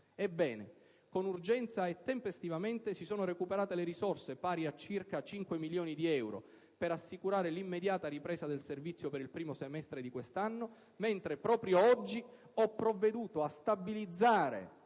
Ebbene, con urgenza e tempestivamente si sono recuperate le risorse, pari a circa 5 milioni di euro, per assicurare l'immediata ripresa del servizio per il primo semestre di quest'anno, mentre proprio oggi ho provveduto a stabilizzare